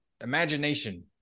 imagination